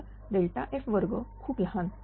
तर f2 खूप लहान